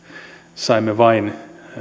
saimme vain